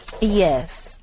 Yes